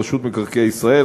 רשות מקרקעי ישראל,